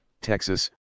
Texas